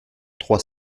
trois